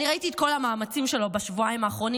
אני ראיתי את כל המאמצים שלו בשבועיים האחרונים,